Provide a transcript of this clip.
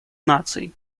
наций